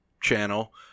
channel